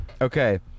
Okay